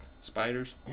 Spiders